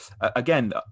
again